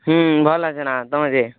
ଭଲ୍ ଅଛେ ନା ତମେ ଯେ